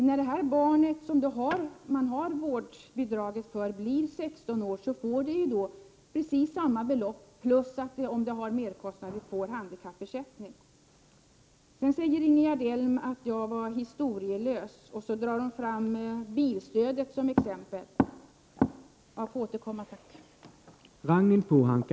När det barn, för vilket man har vårdbidrag, blir sexton år får ju barnet precis samma belopp. Dessutom får det handikappersättning om det har merkostnader. Ingegerd Elm sade att jag var historielös. Hon tog frågan om bilstödet som exempel. Det påståendet skall jag bemöta i ett senare inlägg.